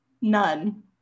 None